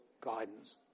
guidance